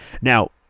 now